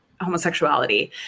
homosexuality